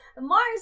Mars